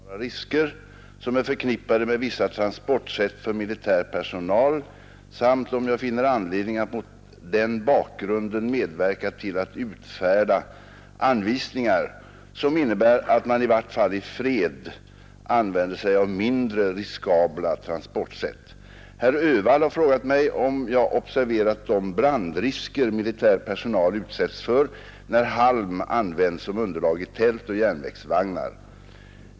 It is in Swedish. Herr talman! Herr Lövenborg har frågat mig om jag uppmärksammat de uppenbara risker som är förknippade med vissa transportsätt för militär personal samt om jag finner anledning att mot den bakgrunden medverka till att utfärda anvisningar, som innebär att man i vart fall i fred använder sig av mindre riskabla transportsätt. Herr Öhvall har frågat mig om jag observerat de brandrisker militär personal utsätts för, när halm används som underlag i tält och järnvägsvagnar.